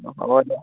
অঁ হ'ব দিয়ক